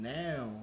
now